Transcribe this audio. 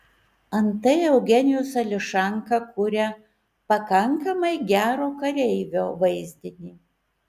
antai eugenijus ališanka kuria pakankamai gero kareivio vaizdinį